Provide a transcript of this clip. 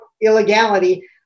illegality